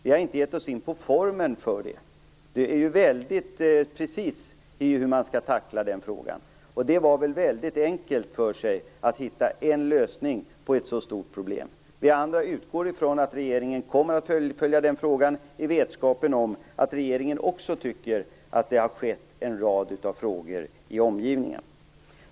Vi har inte gett oss in på formen för detta. Denna fråga bör tacklas mycket precist, och det här skulle vara en mycket enkel lösning på ett så stort problem. Vi andra, som vet att också regeringen tycker att det har tillkommit en rad av frågor i omgivningen, utgår från att regeringen kommer att fullfölja den här frågan.